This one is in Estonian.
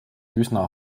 üsna